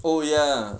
oh ya